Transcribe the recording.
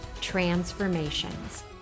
transformations